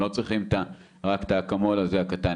הם לא צריכים רק את האקמול הקטן הזה,